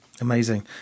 Amazing